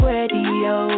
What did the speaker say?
Radio